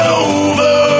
over